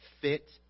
fit